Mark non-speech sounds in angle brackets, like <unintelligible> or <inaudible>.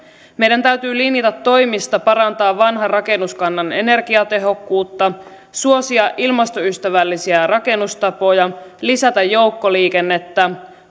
meidän täytyy linjata toimista parantaa vanhan rakennuskannan energiatehokkuutta suosia ilmastoystävällisiä rakennustapoja lisätä joukkoliikennettä <unintelligible>